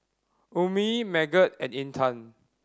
Ummi Megat and Intan